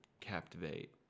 captivate